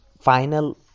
final